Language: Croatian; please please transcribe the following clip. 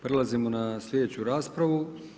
Prelazimo na slijedeću raspravu.